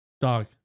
Dog